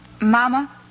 Mama